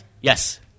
yes